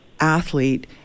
athlete